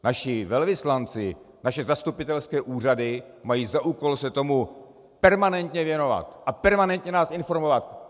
Naši velvyslanci, naše zastupitelské úřady mají za úkol se tomu permanentně věnovat a permanentně nás informovat.